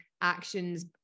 actions